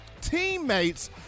teammates